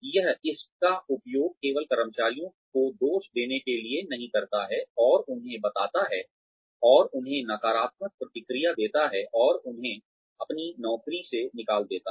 यह इसका उपयोग केवल कर्मचारियों को दोष देने के लिए नहीं करता है और उन्हें बताता है और उन्हें नकारात्मक प्रतिक्रिया देता है और उन्हें अपनी नौकरी से निकाल देता है